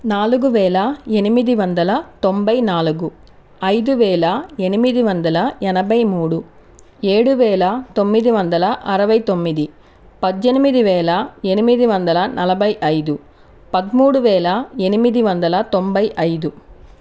నాలుగు వేల ఎనిమిది వందల తొంభై నాలుగు ఐదు వేల ఎనిమిది వందల ఎనభై మూడు ఏడు వేల తొమ్మిది వందల అరవై తొమ్మిది పద్దెనిమిది వేల ఎనిమిది వందల నలభై ఐదు పదమూడు వేల ఎనిమిది వందల తొంభై ఐదు